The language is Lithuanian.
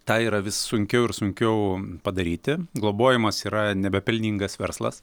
tą yra vis sunkiau ir sunkiau padaryti globojimas yra nebe pelningas verslas